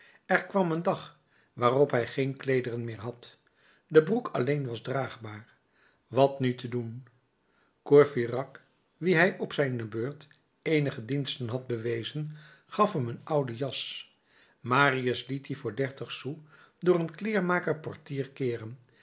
er kwam een dag waarop hij geen kleederen meer had de broek alleen was draagbaar wat nu te doen courfeyrac wien hij op zijne beurt eenige diensten had bewezen gaf hem een oude jas marius liet dien voor dertig sous door een kleermaker portier keeren